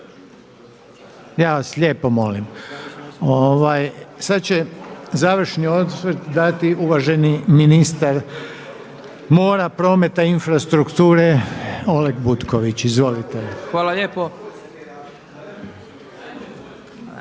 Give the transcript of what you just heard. Ja vas lijepo molim. Sada će završni osvrt dati uvaženi ministar mora, prometa i infrastrukture Oleg Butković. Izvolite. **Butković,